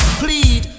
plead